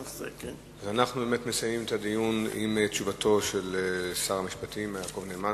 אנחנו באמת מסיימים את הדיון עם תשובתו של שר המשפטים יעקב נאמן.